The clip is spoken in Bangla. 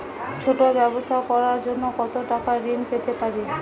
ছোট ব্যাবসা করার জন্য কতো টাকা ঋন পেতে পারি?